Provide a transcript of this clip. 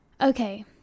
Okay